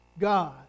God